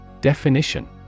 Definition